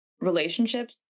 relationships